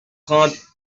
trente